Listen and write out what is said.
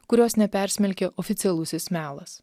kurios nepersmelkė oficialusis melas